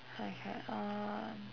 okay um